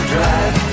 Drive